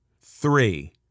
Three